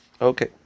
Okay